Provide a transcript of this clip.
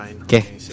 Okay